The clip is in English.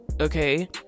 okay